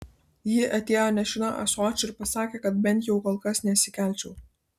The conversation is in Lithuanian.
ji atėjo nešina ąsočiu ir pasakė kad bent jau kol kas nesikelčiau